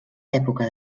època